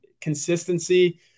consistency